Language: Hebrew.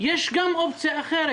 יש גם אופציה אחרת.